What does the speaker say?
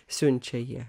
siunčia jie